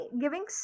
giving